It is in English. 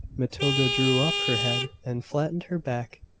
matilda drew up her head and flattened her back,